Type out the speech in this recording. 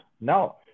No